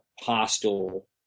hostile